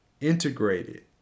integrated